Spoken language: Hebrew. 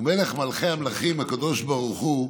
ומלך מלכי המלכים הקדוש ברוך הוא